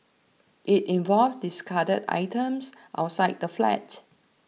it involved discarded items outside the flat